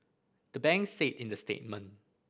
the banks said in the statement